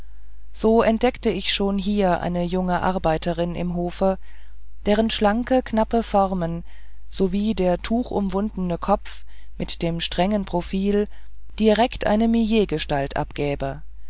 so entdeckte ich schon hier eine junge arbeiterin im hofe deren schlanke knappe formen sowie der tuchumwundene kopf mit dem strengen profil direkt eine millet gestalt abgäbe